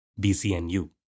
BCNU